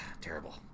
terrible